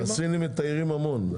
והסינים מתיירים המון.